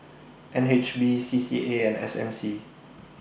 N H B C C A and S M C